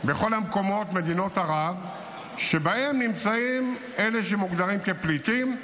בכל מדינות ערב שבהן נמצאים אלה שמוגדרים כפליטים.